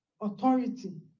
Authority